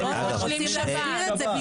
זה בדיוק מטרת החקיקה.